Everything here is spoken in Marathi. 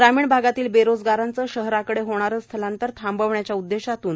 ग्रामीण भागातील बेरोजगारांचे शहराकडे होणारे स्थलांतर थांबवण्याच्या उद्देशातून मा